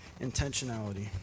intentionality